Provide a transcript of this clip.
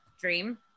Dream